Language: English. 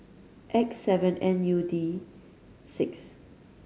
X seven N U D six